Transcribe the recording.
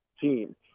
team